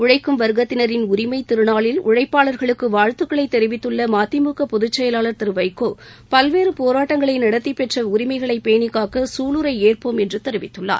உழைக்கும் வர்க்கத்தினரின் உரிமை திருநாளில் உழைப்பாளர்களுக்கு வாழ்த்துக்களை தெரிவித்துள்ள மதிமுக பொதுச்செயலாளர் திரு வைகோ பல்வேறு போராட்டங்களை நடத்தி பெற்ற உரிமைகளை பேணிக்காக்க சூளுரை ஏற்போம் என்று தெரிவித்துள்ளார்